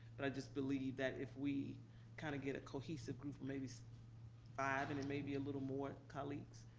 but i just believe that if we kind of get a cohesive group of maybe five and it may be a little more colleagues,